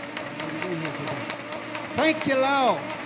wouldn't be here today thank you love